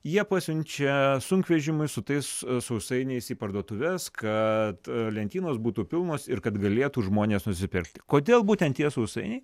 jie pasiunčia sunkvežimius su tais sausainiais į parduotuves kad lentynos būtų pilnos ir kad galėtų žmones nusipirkti kodėl būtent tie sausainiai